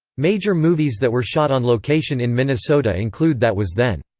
major movies that were shot on location in minnesota include that was then.